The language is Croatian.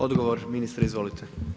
Odgovor ministra izvolite.